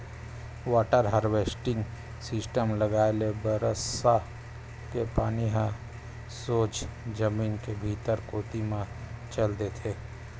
water harvesting system लगाए ले बरसा के पानी ह सोझ जमीन के भीतरी कोती म चल देथे